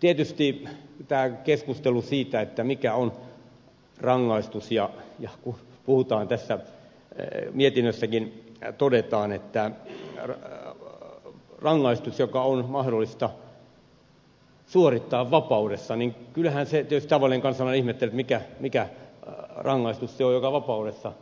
tietysti kun keskustellaan siitä mikä on rangaistus ja kun puhutaan tässä mietinnössäkin todetaan että rangaistus on mahdollista suorittaa vapaudessa niin kyllähän tietysti tavallinen kansalainen ihmettelee mikä rangaistus se on joka vapaudessa